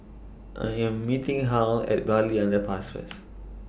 I Am meeting Harl At Bartley Underpass First